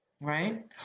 right